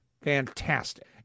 fantastic